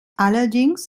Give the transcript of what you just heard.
allerdings